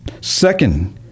Second